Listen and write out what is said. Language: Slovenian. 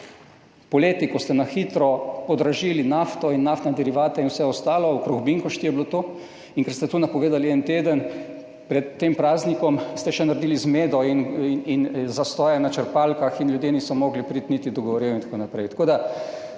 Poleti, ko ste na hitro podražili nafto, naftne derivate in vse ostalo, okrog binkošti je bilo to, in ker ste to napovedali en teden pred tem praznikom, ste naredili še zmedo in zastoje na črpalkah in ljudje niso mogli priti niti do goriv in tako naprej.